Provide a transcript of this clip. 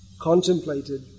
contemplated